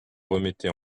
remettez